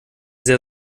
sehr